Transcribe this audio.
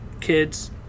kids